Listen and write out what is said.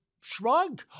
shrug